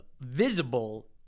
visible